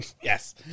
Yes